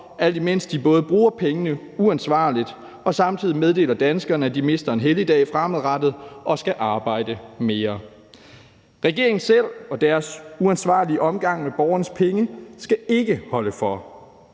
alt imens de både bruger pengene uansvarligt og samtidig meddeler danskerne, at de mister en helligdag fremadrettet og skal arbejde mere; regeringen selv og deres uansvarlige omgang med borgernes penge skal ikke holde for.